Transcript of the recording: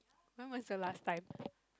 when was your last time